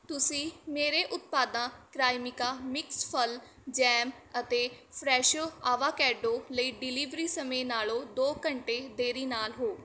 ਤੁਸੀਂ ਮੇਰੇ ਉਤਪਾਦਾਂ ਕ੍ਰਾਈਮਿਕਾ ਮਿਕਸ ਫਲ ਜੈਮ ਅਤੇ ਫਰੈਸ਼ੋ ਆਵਾਕੈਡੋ ਲਈ ਡਿਲੀਵਰੀ ਸਮੇਂ ਨਾਲੋਂ ਦੋ ਘੰਟੇ ਦੇਰੀ ਨਾਲ ਹੋ